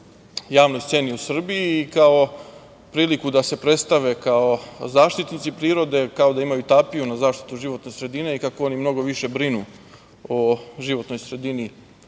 javnoj sceni u Srbiji i kao priliku da se predstave kao zaštitnici prirode, kao da imaju tapiju na zaštitu životne sredine, i kako oni mnogo više brinu o životnoj sredini